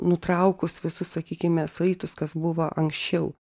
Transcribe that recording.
nutraukus visus sakykime saitus kas buvo anksčiau